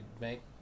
make